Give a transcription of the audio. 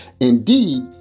Indeed